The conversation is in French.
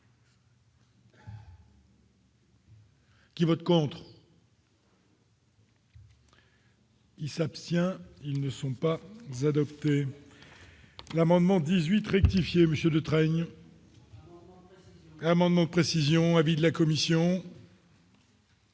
qui vote pour. Il s'abstient, ils ne sont pas adoptées, l'amendement 18 rectifier Monsieur Detraigne. Amendement précision avis de la commission.